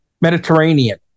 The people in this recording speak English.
Mediterranean